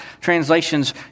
translations